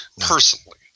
personally